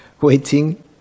waiting